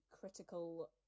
critical